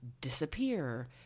disappear